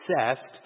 obsessed